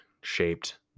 shaped